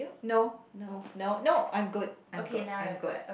no no no no I'm good I'm good I'm good